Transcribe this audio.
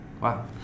Wow